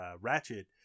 Ratchet